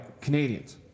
Canadians